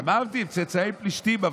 אמרתי, צאצאי פלישתים.